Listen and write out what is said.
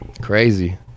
crazy